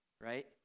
right